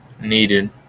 needed